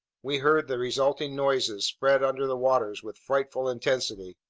we heard the resulting noises spread under the waters with frightful intensity,